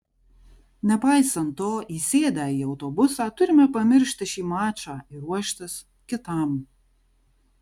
nepaisant to įsėdę į autobusą turime pamiršti šį mačą ir ruoštis kitam